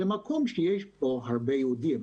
כי זה המקום שיש בו הרבה יהודים.